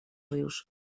rius